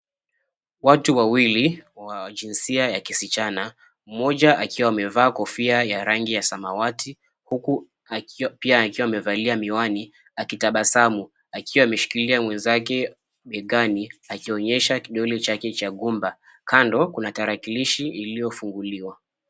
Watu wawili wa jinsia ya kisichana, mmoja akiwa amevaa kofia ya rangi ya samawati, huku pia akiwa amevalia miwani akitabasamu akiwa ameshikilia mwenzake begani akionyesha kidole chake cha gumba. Kando kuna tarakilishi iliyofunguliwa.